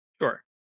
sure